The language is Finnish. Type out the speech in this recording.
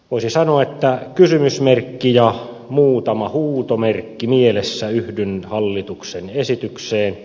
voisi sanoa että kysymysmerkki ja muutama huutomerkki mielessä yhdyn hallituksen esitykseen